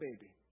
baby